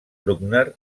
bruckner